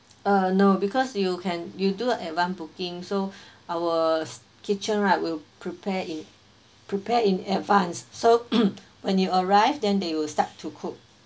uh no because you can you do advance booking so our kitchen right will prepare in prepare in advance so when you arrive then they will start to cook